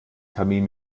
kamin